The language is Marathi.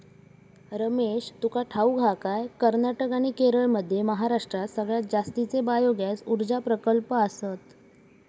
रमेश, तुका ठाऊक हा काय, कर्नाटक आणि केरळमध्ये महाराष्ट्रात सगळ्यात जास्तीचे बायोगॅस ऊर्जा प्रकल्प आसत